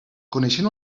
coneixent